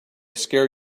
scare